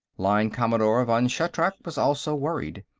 line-commodore vann shatrak was also worried.